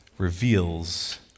Reveals